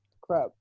Crap